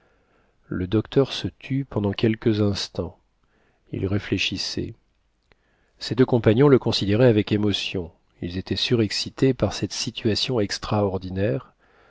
le docteur se tut pendant quelques instants il réfléchissait ses deux compagnons le considéraient avec émotion ils étaient surexcités par cette situation extraordinaire